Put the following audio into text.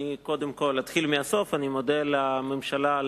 אתחיל מהסוף, אני מודה לממשלה על